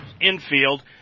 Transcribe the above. infield